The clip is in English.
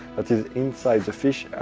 that is inside the fish.